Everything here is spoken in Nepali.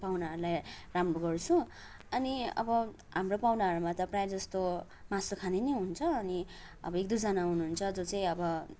पाहुनाहरूलाई राम्रो गर्छु अनि अब हाम्रो पाहुनाहरूमा त प्रायः जस्तो मासु खाने नै हुन्छ अनि अब एक दुईजना हुनुहुन्छ जो चाहिँ अब